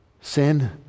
sin